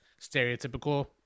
stereotypical